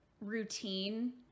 Routine